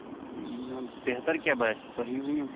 نہ بہتر کیٛاہ باسہِ تۄہی ؤنیُو